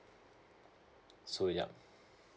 so yeah